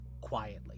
quietly